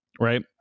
right